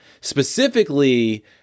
specifically